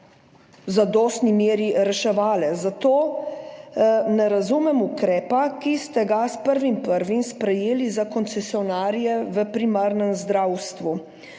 zadostni meri, zato ne razumem ukrepa, ki ste ga s 1. 1. sprejeli za koncesionarje v primarnem zdravstvu.